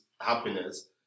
happiness